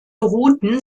routen